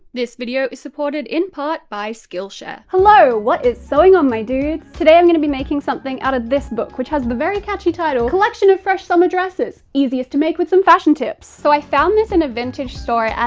this video is supported in part by skillshare. hello, what is sewing on my dudes? today i'm gonna be making something out of this book, which has the very catchy title, collection of fresh summer dresses. easiest to make with some fashion tips. so i found this in a vintage store, and